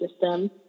system